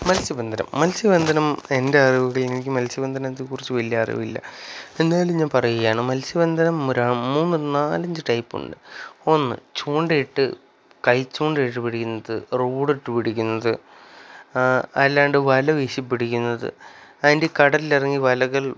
മത്സ്യബന്ധനം മത്സ്യബന്ധനം എൻ്റെ അറിവുകൊണ്ട് എനിക്ക് മത്സ്യബന്ധനത്തെക്കുറിച്ച് വലിയ അറിവില്ല എന്നാലും ഞാൻ പറയുകാണ് മത്സ്യബന്ധനം ഒരു നാലഞ്ച് ടൈപ്പുണ്ട് ഒന്ന് ചൂണ്ടയിട്ട് കൈച്ചൂണ്ടയിട്ട് പിടിക്കുന്നത് റോഡിട്ട് പിടിക്കുന്നത് അല്ലാതെ വലവിശി പിടിക്കുന്നത് അതിൻ്റെ കടലിറങ്ങി വലകൾ